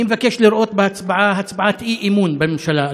אני מבקש לראות בהצבעה הצבעת אי-אמון בממשלה,